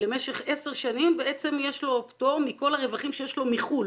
למשך עשר שנים בעצם יש לו פטור מכל הרווחים שיש לו מחו"ל,